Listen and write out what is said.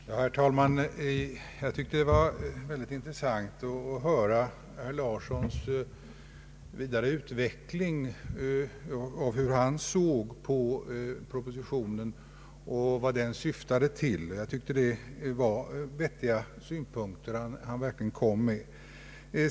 Herr talman! Det var mycket intressant att höra herr Lars Larsson utveckla hur han såg på propositionen och dess syfte. Jag tyckte att det var vettiga synpunkter han anförde.